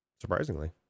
surprisingly